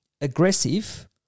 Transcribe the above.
aggressive